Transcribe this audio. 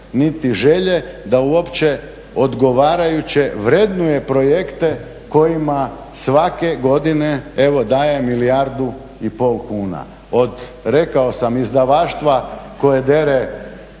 niti želje da uopće odgovarajuće vrednuje projekte kojima svake godine evo daje milijardu i pol kuna. Od rekao sam izdavaštva koje dere